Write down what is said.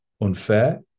unfair